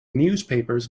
newspapers